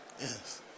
Yes